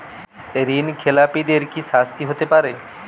ঋণ খেলাপিদের কি শাস্তি হতে পারে?